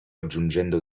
aggiungendo